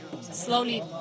slowly